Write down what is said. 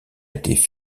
étaient